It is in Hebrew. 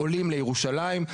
עולים לירושלים,